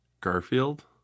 Garfield